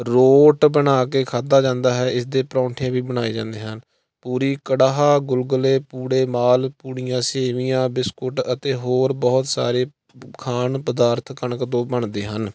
ਰੋਟ ਬਣਾ ਕੇ ਖਾਧਾ ਜਾਂਦਾ ਹੈ ਇਸਦੇ ਪਰੌਂਠੇ ਵੀ ਬਣਾਏ ਜਾਂਦੇ ਹਨ ਪੂਰੀ ਕੜਾਹ ਗੁਲਗੁਲੇ ਪੂੜੇ ਮਾਲ ਪੂੜੀਆਂ ਸੇਵੀਆਂ ਬਿਸਕੁਟ ਅਤੇ ਹੋਰ ਬਹੁਤ ਸਾਰੇ ਖਾਣ ਪਦਾਰਥ ਕਣਕ ਤੋਂ ਬਣਦੇ ਹਨ